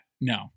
No